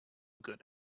good